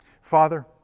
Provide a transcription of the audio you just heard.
Father